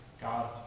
God